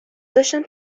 داشتم